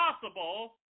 possible